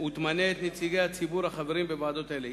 ותמנה את נציגי הציבור החברים בוועדות אלה.